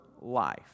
life